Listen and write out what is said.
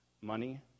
Money